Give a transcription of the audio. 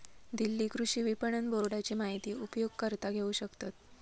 दिल्ली कृषि विपणन बोर्डाची माहिती उपयोगकर्ता घेऊ शकतत